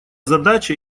задача